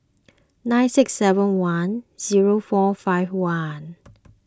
nine six seven one zero four five one